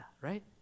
right